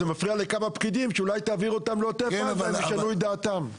זה מפריע לכמה פקידים שאולי תעבירו אותם לעוטף עזה והם ישנו את דעתם.